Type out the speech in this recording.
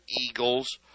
eagles